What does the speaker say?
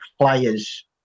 players